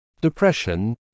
Depression